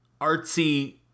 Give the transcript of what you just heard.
artsy